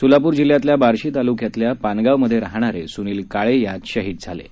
सोलापूर जिल्ह्यातल्या बार्शी तालुक्यातल्या पानगावमध्ये राहणारे सुनील काळे यामध्ये शहीद झाले आहेत